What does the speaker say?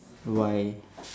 why